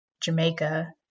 Jamaica